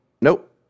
nope